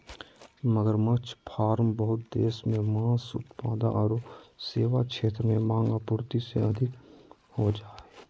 मगरमच्छ फार्म बहुत देश मे मांस उत्पाद आरो सेवा क्षेत्र में मांग, आपूर्ति से अधिक हो जा हई